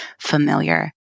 familiar